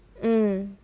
mm